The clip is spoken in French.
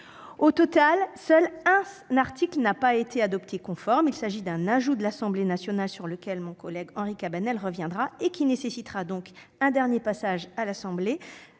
Au total, seul un article n'a pas été adopté conforme : il s'agit d'un ajout de l'Assemblée nationale sur lequel mon collègue Henri Cabanel reviendra et qui nécessitera donc un dernier passage du texte à l'Assemblée